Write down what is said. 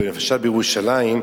עכשיו בירושלים,